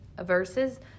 verses